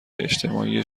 اجتماعی